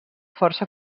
força